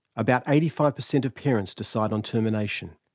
about eighty five percent of parents decide on termination.